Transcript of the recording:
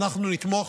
אנחנו נתמוך